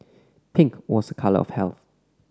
pink was a colour of health